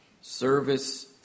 service